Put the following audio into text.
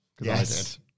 Yes